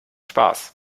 spaß